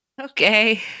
Okay